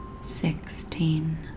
Sixteen